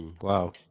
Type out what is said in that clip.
Wow